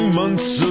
months